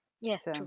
Yes